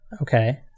Okay